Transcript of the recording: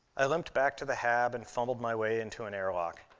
i limped back to the hab and fumbled my way into an airlock.